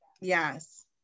Yes